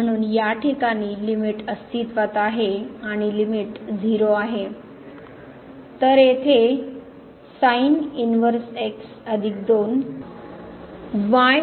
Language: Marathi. म्हणून या ठीकाणी लिमिट अस्तित्त्वात आहे आणि लिमिट 0 आहे तर येथे sin इनवर्स x अधिक 2 y